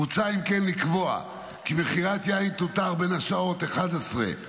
מוצע אם כן לקבוע כי מכירת יין תותר בין השעות 23:00